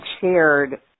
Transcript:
shared